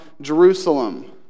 Jerusalem